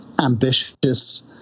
ambitious